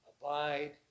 abide